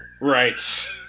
Right